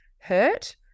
hurt